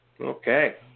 Okay